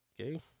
okay